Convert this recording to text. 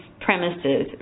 premises